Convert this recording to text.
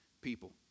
people